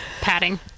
padding